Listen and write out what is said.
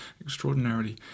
extraordinarily